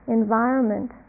environment